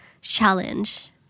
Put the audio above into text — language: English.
challenge